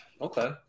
Okay